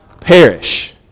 perish